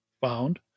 found